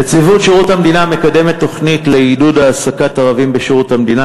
נציבות שירות המדינה מקדמת תוכנית לעידוד העסקת ערבים בשירות המדינה,